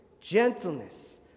gentleness